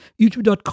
YouTube.com